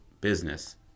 business